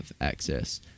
Access